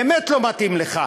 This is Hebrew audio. באמת לא מתאים לך.